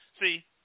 See